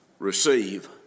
Receive